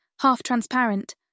half-transparent